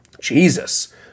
Jesus